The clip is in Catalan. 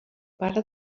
pare